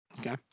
okay